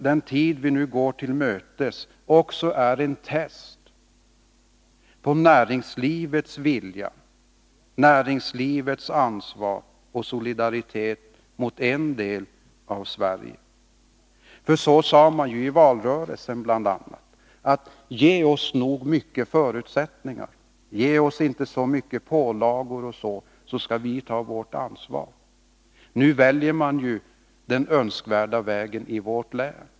Den tid vi nu går till mötes får bli ett test på näringslivets vilja, ansvarstagande och solidaritet vad gäller en del av Sverige. I valrörelsen sade man ju bl.a.: Ge oss tillräckligt med förutsättningar, ge oss inte så mycket av pålagor etc., så skall vi ta vårt ansvar. Nu väljer man den önskvärda vägen i vårt län.